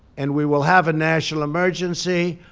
and we will have a national emergency.